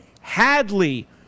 Hadley